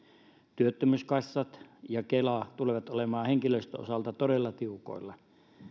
työttömyyskassat ja kela tulevat olemaan henkilöstön osalta todella tiukoilla